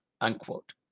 unquote